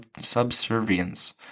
subservience